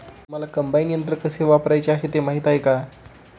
तुम्हांला कम्बाइन यंत्र कसे वापरायचे ते माहीती आहे का?